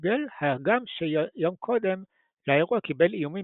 וכטפויגל הגם שיום קודם לאירוע קיבל איומים